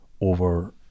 over